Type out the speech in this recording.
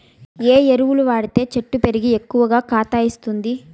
ఏ ఎరువులు వాడితే చెట్టు పెరిగి ఎక్కువగా కాత ఇస్తుంది?